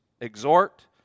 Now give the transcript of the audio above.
exhort